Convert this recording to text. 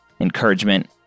encouragement